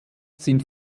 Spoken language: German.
sind